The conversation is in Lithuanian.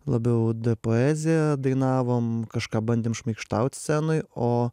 labiau poeziją dainavom kažką bandėm šmaikštaut scenoj o